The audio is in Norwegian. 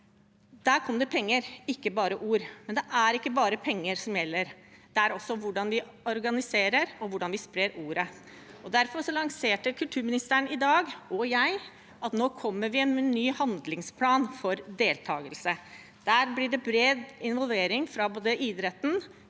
Der kom det penger, ikke bare ord. Men det er ikke bare penger som gjelder, det handler også om hvordan vi organiserer og hvordan vi sprer ordet. Derfor annonserte kulturministeren og jeg i dag at vi kommer med en ny handlingsplan for deltakelse. Der blir det bred involvering både fra idretten,